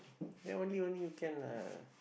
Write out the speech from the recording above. then only only you can lah